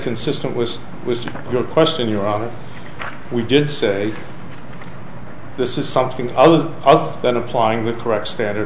consistent was was your question your honor we did say this is something other than applying the correct standard